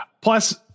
Plus